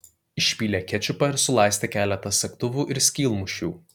išpylė kečupą ir sulaistė keletą segtuvų ir skylmušių